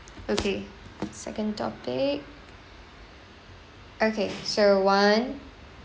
okay second topic okay so one